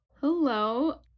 Hello